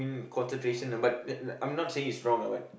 ~an concentration but l~ I'm not saying is wrong but